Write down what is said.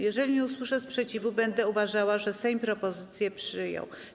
Jeżeli nie usłyszę sprzeciwu, będę uważała, że Sejm propozycję przyjął.